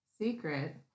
secret